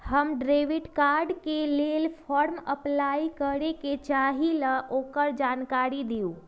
हम debit card के लेल फॉर्म अपलाई करे के चाहीं ल ओकर जानकारी दीउ?